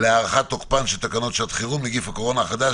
להארכת תוקפן של תקנות שעת חירום (נגיף הקורונה החדש,